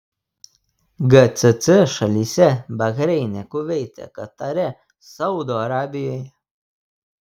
gcc šalyse bahreine kuveite katare saudo arabijoje